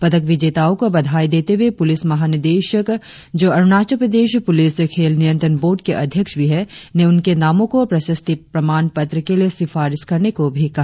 पदक विजेताओं को बधाई देते हुए पुलिस महा निदेशक जो अरुणाचल प्रदेश पुलिस खेल नियंत्रण बोर्ड के अध्यक्ष भी है ने उनके नामों को प्रशस्ति प्रमाण पत्र के लिए सिफारिश करने को भी कहा